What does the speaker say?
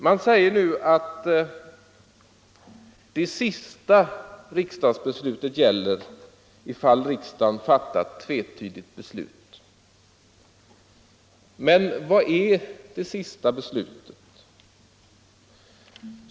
Man säger nu att det sist fattade riksdagsbeslutet gäller ifall riksdagen fattat tvetydigt beslut. Men vad är det sista beslutet?